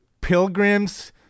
pilgrims